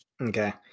Okay